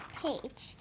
page